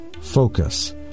focus